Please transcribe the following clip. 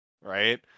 right